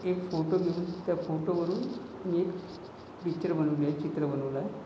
एक फोटो घेऊन त्या फोटोवरून मी एक पिच्चर बनवली आहे चित्र बनवलं आहे